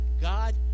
God